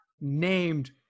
named